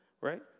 Right